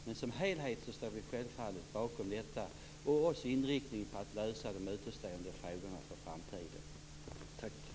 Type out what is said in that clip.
Men som helhet står vi självfallet bakom förslaget och inriktningen att lösa de återstående frågorna för framtiden.